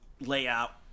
layout